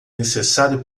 necessário